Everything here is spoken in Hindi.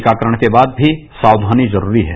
टीकाकरण के बाद भी साक्षानी जरूरी है